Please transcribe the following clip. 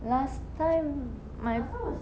last time my